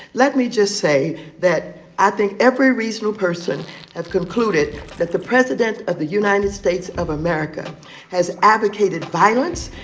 let me just say that i think every reasonable person have concluded that the president of the united states of america has advocated violence.